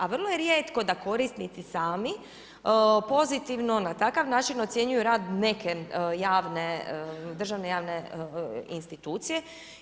A vrlo je rijetko da korisnici sami pozitivno na takav način ocjenjuju rad neke javne, državne javne institucije.